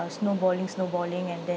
uh snowballing snowballing and then